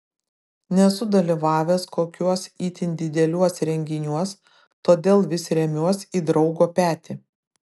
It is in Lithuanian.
nesu dalyvavęs kokiuos itin dideliuos renginiuos todėl vis remiuos į draugo petį